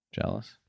Jealous